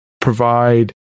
provide